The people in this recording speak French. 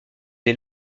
des